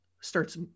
starts